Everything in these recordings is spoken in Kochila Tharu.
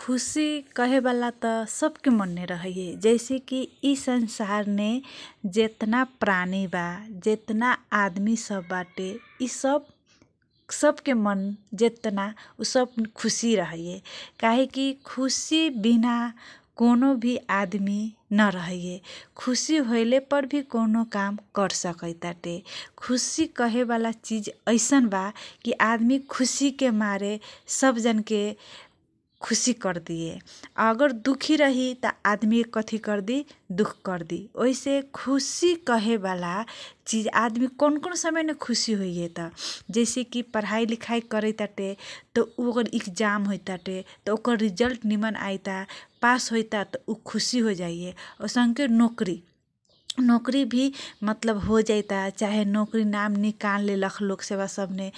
खुसी कहेबालात सबके मनमे रहैये । जैसेकी इ ससारने जेतना प्राणीबा जेतना आदमीसब बाटे इ सब सबके मन जेतना उसब खुसी रहैये । काहेकी खुसी बिना कौनोभी आदमीनर नरहैये । खुसी होयले पर भी कओनो काम करसकैताते खुसी कहेबाला चिज अइसनबा कि आदमि खुसीके मारे सबजनके खुसी कर दिए । अगर दुखी रही तह आदमी कथि करदि दुख करदि ओइसे खुसी कहेबाला चिज आदमिसब कौन कौन समयमे होइयेत । जैसे की परहाइ लिखाइ करैतबाते तह ओकर इकजाम होइताटे तह ओकर रिजल्ट निम्न आइता पास होइता खुसी होजाइए । औसनके नोकरी नोकरीभी मतलब होजाइतबा चाहे नोकरी नाम निकालेल लोकसेवा सबने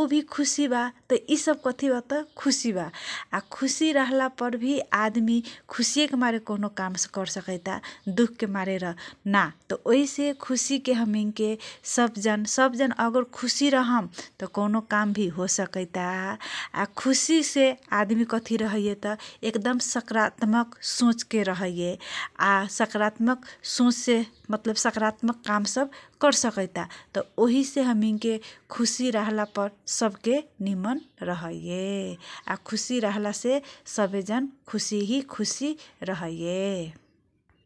उभि खुसी बा । तह इसब कथि बा तह खुसीबा आ खुसी रहलापरभि आदमी खुसीए के मारे कौनोकाम करसकैता दुख मारेर न । तह ओहिसे खुसीके हमैनके सबजन सबजन अगर खुसी रहम तह कौनौ कामभि होसकैता आ खुसिसे आदमी कथी रहैये । तह एकदम सकरात्मक सचके रहैये । आ सकरात्मक सोच संकरातमक काम सब कर सकैता तह ओहिनसे हमैनके खुसी रहलापर सबके निमन रहैये । आ खुसी रहलासे सबेजन आ खुसी रहलासे सबैजन खुसी ही खुसी रहैये ।